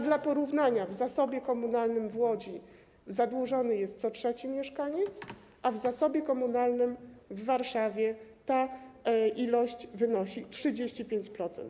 Dla porównania: w zasobie komunalnym w Łodzi zadłużony jest co trzeci mieszkaniec, a w zasobie komunalnym w Warszawie zadłużenie wynosi 35%.